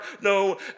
no